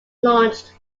launched